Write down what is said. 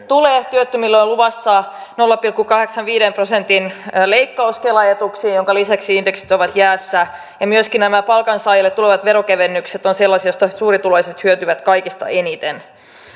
tule työttömille on luvassa nolla pilkku kahdeksankymmenenviiden prosentin leikkaus kela etuuksiin jonka lisäksi indeksit ovat jäässä ja myöskin nämä palkansaajille tulevat veronkevennykset ovat sellaisia joista suurituloiset hyötyvät kaikista eniten